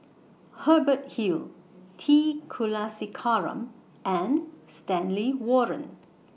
Hubert Hill T Kulasekaram and Stanley Warren